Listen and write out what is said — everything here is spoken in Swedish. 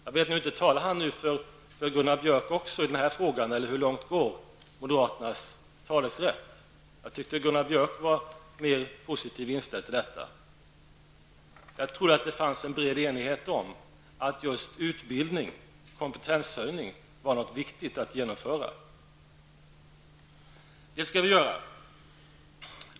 Jag vet inte om han talar även för Gunnar Björk i denna fråga, eller hur långt går moderaternas rätt att tala för de andra? Jag tyckte att Gunnar Björk var mer positivt inställd till sådana insatser. Jag trodde att det fanns en bred enighet om att just utbildning och kompetenshöjning var något viktigt att genomföra. Det skall vi göra.